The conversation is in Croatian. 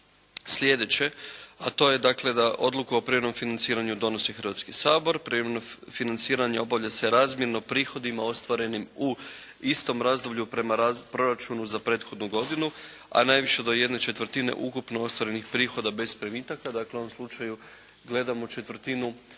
sljedeće, a to je dakle da odluku o privremenom financiranju donosi Hrvatski sabor. Privremeno financiranje obavlja se razmjerno prihodima ostvarenim u istom razdoblju prema proračunu za prethodnu godinu, a najviše do ¼ ukupno ostvarenih prihoda bez primitaka, dakle u ovom slučaju gledamo ¼ izvršenog